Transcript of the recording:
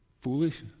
foolish